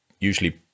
usually